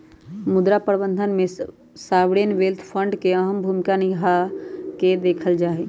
मुद्रा प्रबन्धन में सॉवरेन वेल्थ फंड के अहम भूमिका देखल जाहई